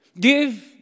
Give